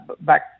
back